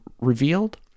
revealed